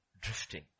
drifting